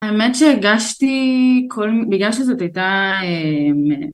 האמת שהגשתי כל, בגלל שזאת הייתה